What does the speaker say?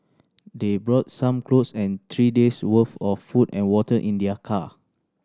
they brought some clothes and three days' worth of food and water in their car